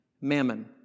mammon